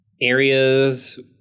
areas